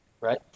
right